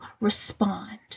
respond